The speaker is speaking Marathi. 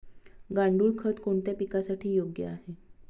गांडूळ खत कोणत्या पिकासाठी योग्य आहे?